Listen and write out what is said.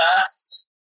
first